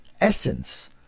essence